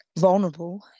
vulnerable